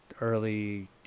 early